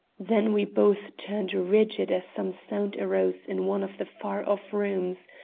then we both turned rigid as some sound arose in one of the far-off rooms,